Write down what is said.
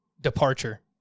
departure